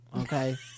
okay